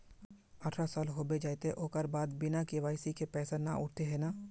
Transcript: अठारह साल होबे जयते ओकर बाद बिना के.वाई.सी के पैसा न उठे है नय?